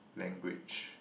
language